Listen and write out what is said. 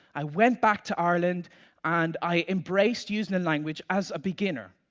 i went back to ireland and i embraced using the language as a beginner.